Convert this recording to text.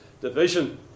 division